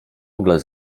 ogóle